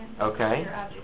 Okay